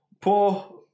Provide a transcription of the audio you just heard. Poor